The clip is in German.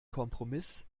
kompromiss